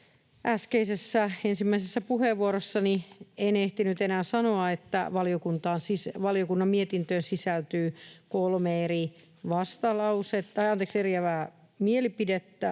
äskeisessä ensimmäisessä puheenvuorossani en ehtinyt enää sanoa, että valiokunnan mietintöön sisältyy kolme eri vastalausetta, ja tätä kautta